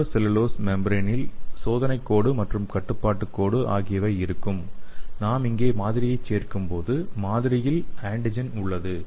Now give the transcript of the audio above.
nitro cellulose மெம்ப்ரேனில் சோதனைக் கோடு மற்றும் கட்டுப்பாட்டு கோடு ஆகியவை இருக்கும் நாம் இங்கே மாதிரியைச் சேர்க்கும்போது மாதிரியில் ஆன்டிஜென் உள்ளது